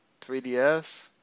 3DS